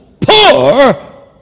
poor